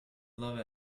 loved